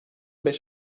beş